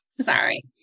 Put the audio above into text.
Sorry